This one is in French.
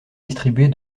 distribuée